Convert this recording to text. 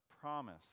promise